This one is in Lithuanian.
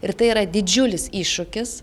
ir tai yra didžiulis iššūkis